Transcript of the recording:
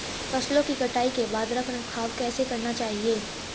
फसलों की कटाई के बाद रख रखाव कैसे करना चाहिये?